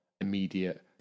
immediate